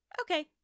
okay